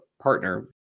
partner